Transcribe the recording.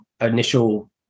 initial